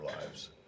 lives